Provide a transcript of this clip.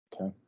Okay